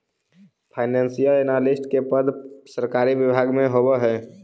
financial analyst के पद सरकारी विभाग में होवऽ हइ